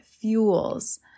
fuels